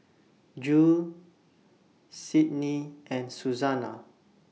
Jule Sydnie and Suzanna